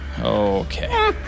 Okay